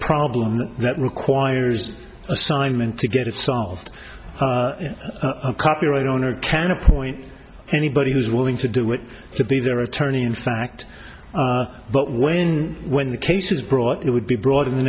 problem that requires assignment to get it solved copyright owner can appoint anybody who's willing to do it to be their attorney in fact but when when the case is brought it would be brought in the